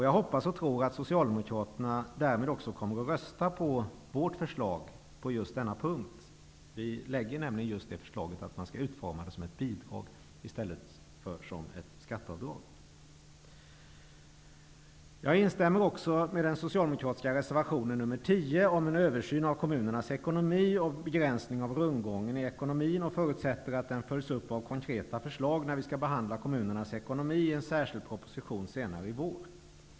Jag hoppas och tror att Socialdemokraterna därmed också kommer att rösta på vårt förslag när det gäller just denna punkt. Vi lägger nämligen fram ett förslag just om att man skall utforma det hela som ett bidrag i stället för som ett skatteavdrag. Jag instämmer också i den socialdemokratiska reservationen nr 10 om en översyn av kommunernas ekonomi och en begränsning av rundgången i ekonomin. Jag förutsätter att den följs upp av konkreta förslag när vi skall behandla kommunernas ekonomi i en särskild proposition senare i vår.